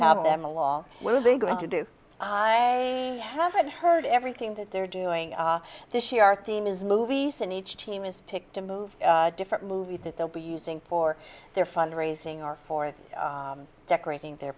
have them along what are they going to do i haven't heard everything that they're doing this year our theme is movies and each team is picked to move different movie that they'll be using for their fund raising our fourth decorating their